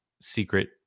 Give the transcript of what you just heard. secret